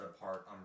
apart